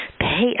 Pay